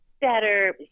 better